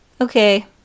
Okay